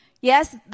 Yes